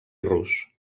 rus